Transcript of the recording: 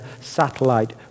satellite